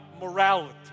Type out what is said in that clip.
morality